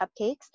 Cupcakes